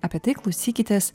apie tai klausykitės